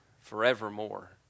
forevermore